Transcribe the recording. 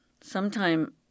sometime